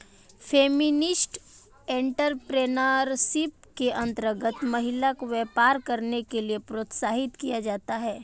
feminist entrepreneurship के अंतर्गत महिला को व्यापार करने के लिए प्रोत्साहित किया जाता है